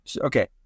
Okay